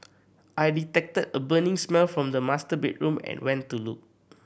I detected a burning smell from the master bedroom and went to look